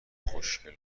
خوشگل